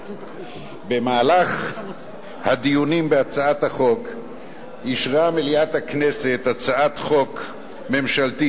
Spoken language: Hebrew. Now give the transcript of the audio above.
במהלך הדיונים בהצעת החוק אישרה מליאת הכנסת הצעת חוק ממשלתית,